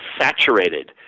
saturated